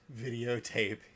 videotape